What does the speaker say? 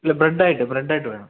ഇല്ല ബ്രഡായിട്ട് ബ്രഡായിട്ട് വേണം